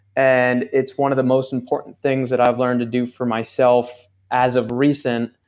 and it's one of the most important things that i've learned to do for myself as of recent,